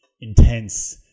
intense